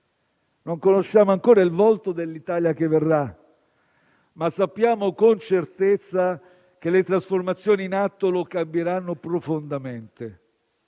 non conosciamo ancora il volto dell'Italia che verrà, ma sappiamo con certezza che le trasformazioni in atto lo cambieranno profondamente.